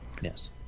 Yes